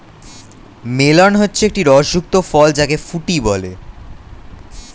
melon হচ্ছে একটি রস যুক্ত ফল যাকে ফুটি বলে